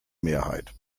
mehrheit